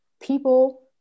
people